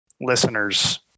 listeners